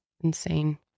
Insane